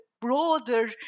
broader